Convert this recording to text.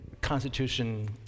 Constitution